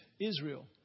Israel